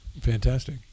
Fantastic